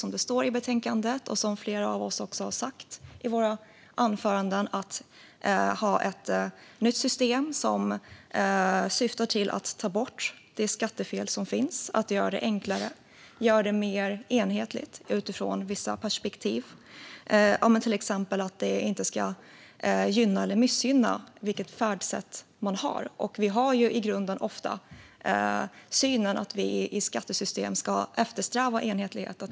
Som det står i betänkandet och som flera av oss har sagt i våra anföranden är syftet att ta bort det skattefel som finns, göra systemet enklare och göra det mer enhetligt utifrån vissa perspektiv. Till exempel ska man inte gynnas eller missgynnas beroende på vilket färdsätt man använder. Vi har ju i grunden ofta synen att vi i skattesystem ska eftersträva enhetlighet.